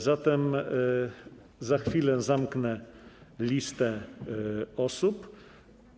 Zatem za chwilę zamknę listę mówców.